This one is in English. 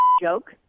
joke